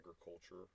Agriculture